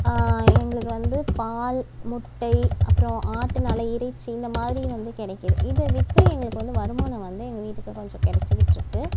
எங்களுக்கு வந்து பால் முட்டை அப்றம் ஆட்டுனால் இறைச்சி இந்த மாதிரியும் வந்து கிடைக்கிது இதை விற்று எங்களுக்கு வந்து வருமானம் வந்து எங்கள் வீட்டுக்கு கொஞ்சம் கிடச்சிக்கிட்ருக்கு